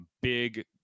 big